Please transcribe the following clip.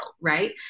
right